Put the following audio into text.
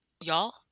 y'all